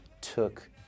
took